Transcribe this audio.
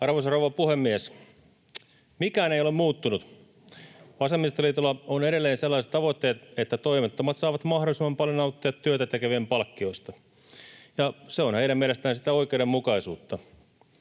Arvoisa rouva puhemies! Mikään ei ole muuttunut. Vasemmistoliitolla on edelleen sellaiset tavoitteet, että toimettomat saavat mahdollisimman paljon nauttia työtä tekevien palkkioista, ja se on heidän mielestään sitä oikeudenmukaisuutta.